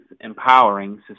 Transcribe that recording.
Empowering